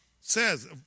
says